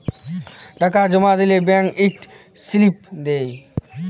টাকা জমা দিলে ব্যাংক ইকট সিলিপ দেই